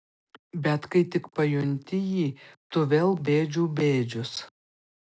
bet kai tik pajunti jį tu vėl bėdžių bėdžius